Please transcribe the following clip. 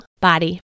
Body